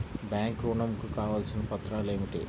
Bank ఋణం కు కావలసిన పత్రాలు ఏమిటి?